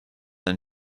and